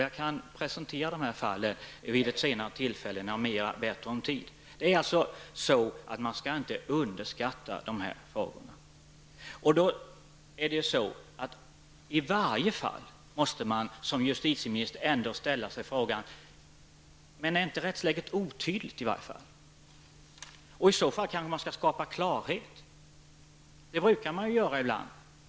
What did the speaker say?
Jag kan presentera de här fallen vid ett senare tillfälle när jag har bättre om tid. Man skall inte underskatta de här frågorna. Man måste ju i varje fall som justitieminister ställa sig frågan: ''Är inte rättsläget otydligt?'' I så fall kanske man skall skapa klarhet. Det brukar man göra ibland.